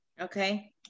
Okay